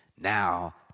now